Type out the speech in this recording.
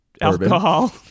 alcohol